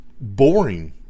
Boring